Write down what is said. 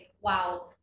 wow